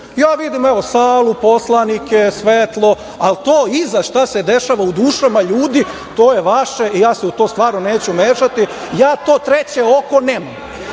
Ja vidim, evo, salu, poslanike, svetlo, ali to iza šta se dešava u dušama ljudi, to je vaše, ja se u to stvarno neću mešati. Ja to treće oko nemam,